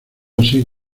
así